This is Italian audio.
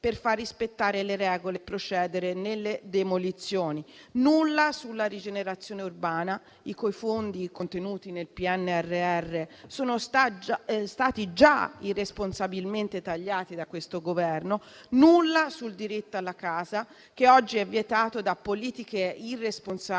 per far rispettare le regole e procedere nelle demolizioni; nulla sulla rigenerazione urbana, i cui fondi contenuti nel PNRR sono stati già irresponsabilmente tagliati da questo Governo; nulla sul diritto alla casa che oggi è vietato da politiche irresponsabili,